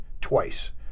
twice